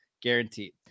guaranteed